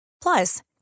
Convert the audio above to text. Plus